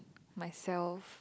myself